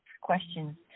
questions